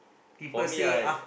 for me I